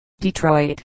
Detroit